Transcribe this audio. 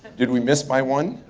did we miss by one?